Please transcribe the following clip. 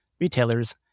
retailers